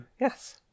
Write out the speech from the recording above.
yes